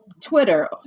Twitter